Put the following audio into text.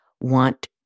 want